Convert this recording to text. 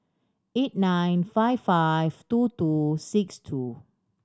eight nine five five two two six two